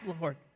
Lord